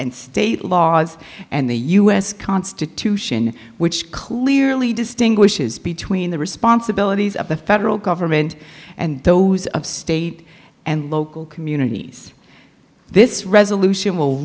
and state laws and the u s constitution which clearly distinguishes between the responsibilities of the federal government and those of state and local communities this resolution w